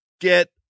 get